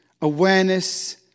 Awareness